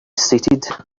seated